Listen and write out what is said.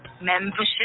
Membership